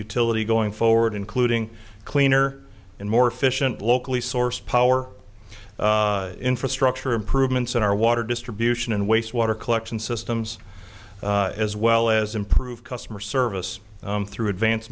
utility going forward including cleaner and more efficient locally sourced power infrastructure improvements in our water distribution and wastewater collection systems as well as improve customer service through advance